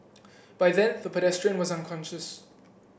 by then the pedestrian was unconscious